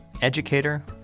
educator